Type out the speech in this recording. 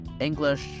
English